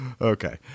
Okay